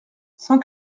cent